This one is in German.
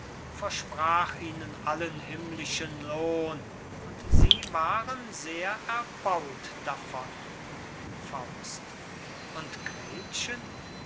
versprach ihnen allen himmlischen lohn und sie waren sehr erbaut davon und gretchen